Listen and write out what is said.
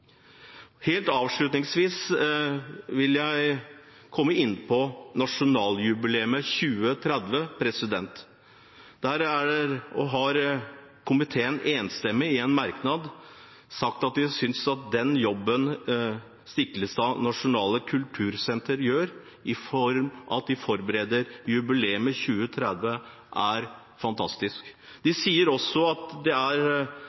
vil jeg komme inn på nasjonaljubileet 2030. Der har komiteen enstemmig i en merknad sagt at de synes at den jobben Stiklestad Nasjonale Kultursenter gjør i form av at de forbereder jubileet 2030, er fantastisk. De sier også at det er